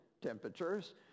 temperatures